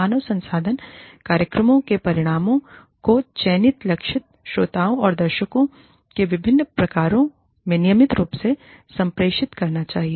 मानव संसाधन कार्यक्रमों के परिणामों को चयनित लक्षित श्रोताओंदर्शकों के विभिन्न प्रकारों से नियमित रूप से संप्रेषित किया जाना चाहिए